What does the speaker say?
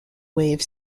wave